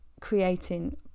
creating